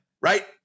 right